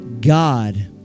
God